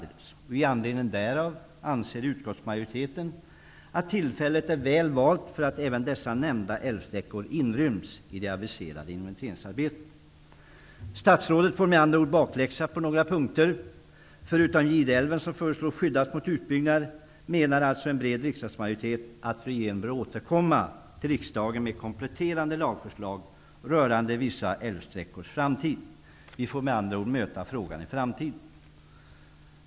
I anledning därav anser utskottsmajoriteten att tillfället är väl valt för att även dessa nämnda älvsträckor inryms i det aviserade inventeringsarbetet. Statsrådet får med andra ord bakläxa på några punkter. Förutom Gideälven, som föreslås skyddas mot utbyggnad, menar alltså en bred riksdagsmajoritet att regeringen bör återkomma till riksdagen med kompletterande lagförslag rörande vissa älvsträckors framtid. Vi får med andra ord möta frågan i framtiden.